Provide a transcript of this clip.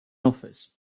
office